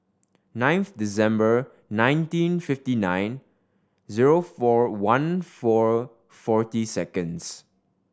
ninth December nineteen fifty nine zero four one four forty seconds